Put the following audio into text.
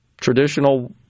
traditional